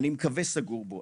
אני מקווה סגור בו,